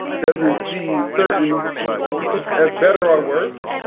doesn't see certain groups as better or worse.